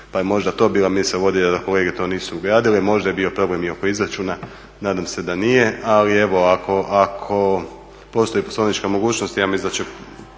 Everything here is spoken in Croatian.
pa je možda to bila misao vodilja da kolege to nisu ugradile, možda je bio problem i oko izračuna, nadam se da nije. Ali evo ako postoji poslovnička mogućnost ja mislim